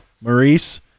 Maurice